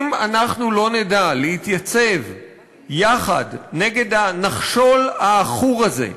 אם אנחנו לא נדע להתייצב יחד נגד הנחשול העכור הזה,